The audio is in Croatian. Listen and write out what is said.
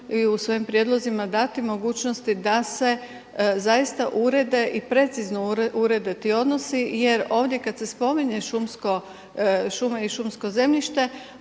i u svojim prijedlozima dati mogućnosti da se zaista urede i precizno urede ti odnosi jer ovdje kada se spominje šuma i šumsko zemljište